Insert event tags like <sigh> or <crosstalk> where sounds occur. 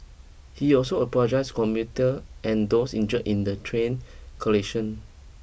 he also apologised commuter and those injured in the train <unintelligible>